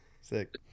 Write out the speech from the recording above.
Sick